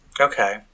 Okay